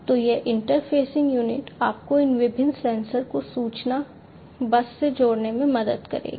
तो यह interfacing unit आपको इन विभिन्न सेंसर को सूचना बस से जोड़ने में मदद करेगी